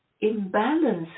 imbalance